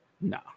No